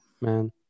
Man